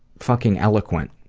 fucking eloquent.